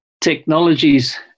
technologies